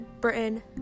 Britain